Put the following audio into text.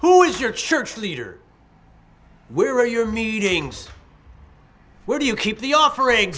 who is your church leader where are your meetings where do you keep the offering